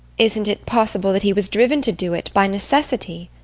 isn't it possible that he was driven to do it by necessity?